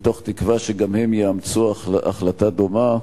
מתוך תקווה שגם הן יאמצו החלטה דומה.